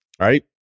right